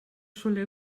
rhywle